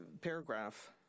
paragraph